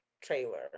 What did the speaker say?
trailer